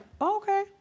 okay